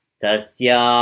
tasya